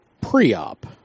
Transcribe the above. pre-op